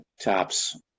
tops